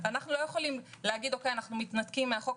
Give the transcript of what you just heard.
אנחנו לא יכולים להגיד שאנחנו מתנתקים מן החוק,